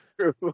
true